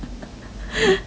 ha